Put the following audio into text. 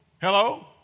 Hello